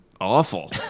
awful